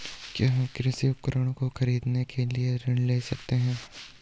क्या हम कृषि उपकरणों को खरीदने के लिए ऋण ले सकते हैं?